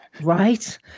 right